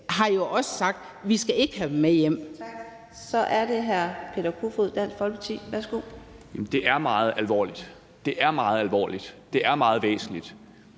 har jo også sagt, at vi ikke skal have dem med hjem.